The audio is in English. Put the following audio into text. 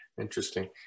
interesting